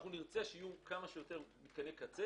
אנחנו נרצה שיהיו כמה שיותר מתקני קצה